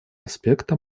аспекта